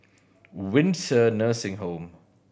Windsor Nursing Home